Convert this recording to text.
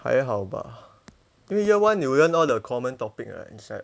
还好吧因为 year one you learn all the common topic right